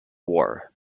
war